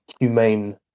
humane